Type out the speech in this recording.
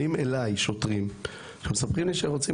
באים אליי שוטרים שמספרים לי שהם רוצים